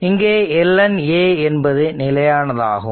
இங்கே ln என்பது நிலையானதாகும்